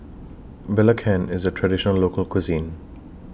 Belacan IS A Traditional Local Cuisine